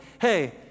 Hey